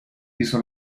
hizo